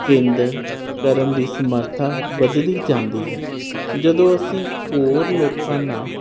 ਕੇਂਦਰ ਕਰਨ ਦੀ ਸਮਰਥਾ ਵਧਦੀ ਜਾਂਦੀ ਹੈ ਜਦੋਂ ਅਸੀਂ ਹੋਰ ਲੋਕਾਂ ਨਾਲ